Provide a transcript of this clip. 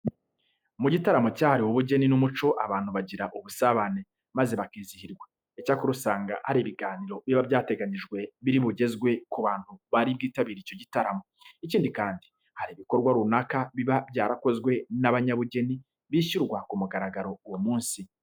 Mu gitaramo cyahariwe ubugeni n'umuco, abantu bagira ubusabane maze bakizihirwa. Icyakora, usanga hari ibiganiro biba byateganyijwe biri bugezwe ku bantu bari bwitabire icyo gitaramo. Ikindi kandi, hari ibikorwa runaka biba byarakozwe n'abanyabugeni bishyirwa ku mugaragaro uwo munsi.